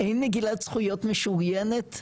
אין מגילת זכויות משוריינת,